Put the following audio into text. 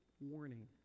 warning